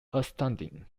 astounding